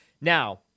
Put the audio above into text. Now